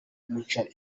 amuca